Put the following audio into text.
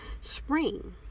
spring